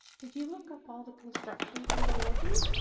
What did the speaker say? did you look up all the constructions in the livy?